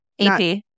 AP